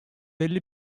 elli